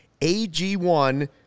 AG1